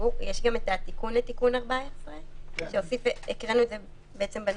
יש גם את התיקון לתיקון 14. הקראנו את זה בנוסח.